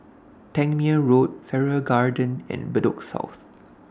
Tangmere Road Farrer Garden and Bedok South